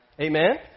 Amen